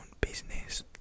business